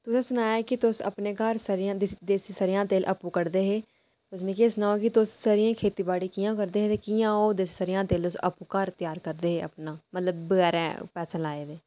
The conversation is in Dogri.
तुसें सनाया कि तुस अपने घर देसी सरयां दी देसी सरयां दा तेल आपूं कड्ढदे हे तुस मिगी एह् सुनाओ तुस सरयां दी खेती बाड़ी कि'यां करदे हे ते कि'यां ओह् सरयां दा तेल तुस आपूं घर कड्ढदे हे अपना मतलव कि बगैर पैसे लाऐ दे